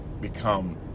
become